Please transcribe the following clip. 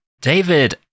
David